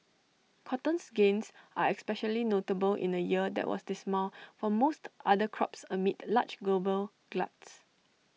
cotton's gains are especially notable in A year that was dismal for most other crops amid large global gluts